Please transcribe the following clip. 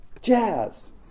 jazz